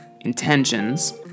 intentions